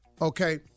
Okay